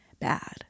bad